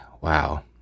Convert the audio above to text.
wow